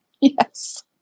Yes